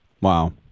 Wow